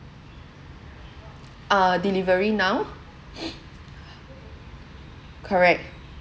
uh delivery now correct